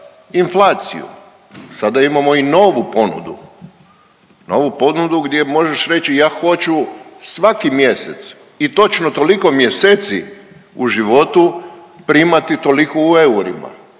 inflaciju. Sada imamo i novu ponudu, novu ponudu gdje možeš reći ja hoću svaki mjesec i točno toliko mjeseci u životu primati toliko u eurima.